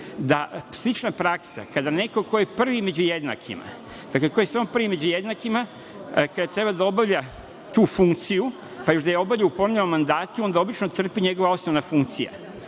da slična praksa, kada neko ko je prvi među jednakima, dakle ko je samo prvi među jednakima, kada treba da obavlja tu funkciju, pa još da je obavlja u ponovljenom mandatu, onda obično trpi njegova osnovna funkcija. Hoću